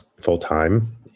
full-time